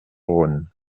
rhône